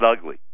ugly